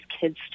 kids